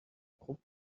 خوب